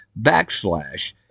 backslash